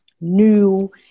new